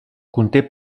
conté